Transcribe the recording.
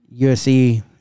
USC